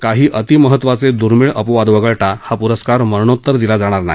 काही अतिमहत्त्वाचे दुर्मिळ अपवाद वगळता हा पूरस्कार मरणोत्तर दिला जाणार नाही